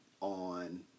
on